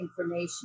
information